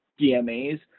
DMAs